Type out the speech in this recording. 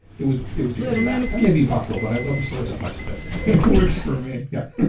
it was it was because of that. that may be apocryphal, but i love the story so much that it works for me yeah